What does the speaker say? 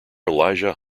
elijah